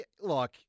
look